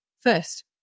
First